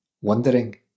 wondering